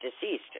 deceased